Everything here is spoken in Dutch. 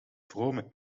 vrome